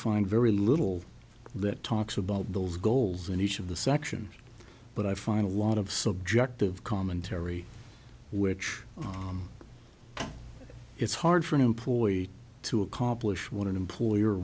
find very little that talks about those goals in each of the section but i find a lot of subjective commentary which is hard for an employee to accomplish what an employer